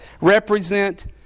represent